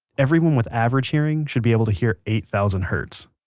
everyone with average hearing should be able to hear eight thousand hertz